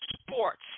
Sports